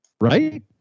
Right